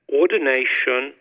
ordination